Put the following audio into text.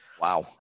Wow